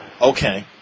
Okay